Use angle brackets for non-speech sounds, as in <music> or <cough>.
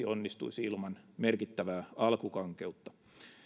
<unintelligible> onnistuisi ilman merkittävää alkukankeutta